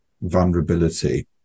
vulnerability